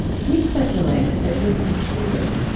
he speculates that with computers,